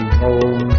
home